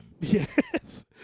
Yes